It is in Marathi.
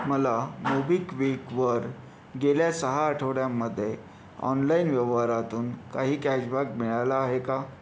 मला मोबिक्विकवर गेल्या सहा आठवड्यांमध्ये ऑनलाइन व्यव्हारातून काही कॅशबॅक मिळाला आहे का